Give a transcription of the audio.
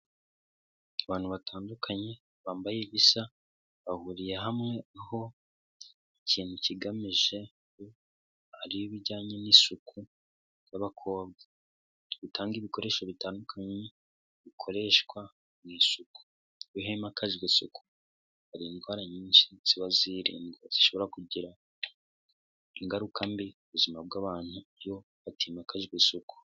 Abantu batandukanye, bambaye ibisa, bahuriye hamwe aho ikintu kigamije ari ibijyanye n'isuku y'abakobwa. Gutanga ibikoresho bitandukanye bikoreshwa mu isuku. Iyo himakajwe isuku, hari indwara nyinshi ziba zirindwa zishobora kugira ingaruka mbi ku buzima bw'abantu ,iyo hatimakajwe isuku.